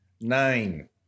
nine